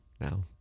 now